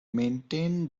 maintain